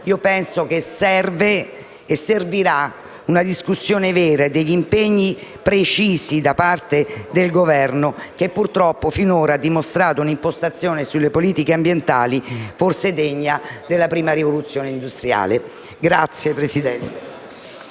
ma penso che servano e serviranno una discussione vera e impegni precisi da parte del Governo, che, purtroppo, finora ha dimostrato un'impostazione sulle politiche ambientali forse degna della prima rivoluzione industriale. *(Applausi